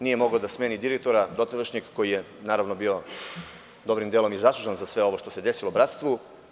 Nije moglo da smeni direktora dotadašnjeg koji je, naravno, bio dobrim delom i zaslužan za sve ovo što se desilo „Bratstvu“